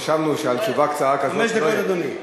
חשבנו שעל תשובה קצרה כזאת, חמש דקות, אדוני.